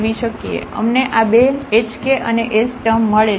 અમને આ બે hk અને s ટર્મ મળે છે